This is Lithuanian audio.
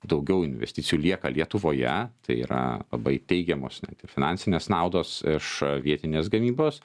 daugiau investicijų lieka lietuvoje tai yra labai teigiamos net ir finansinės naudos iš vietinės gamybos